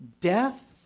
Death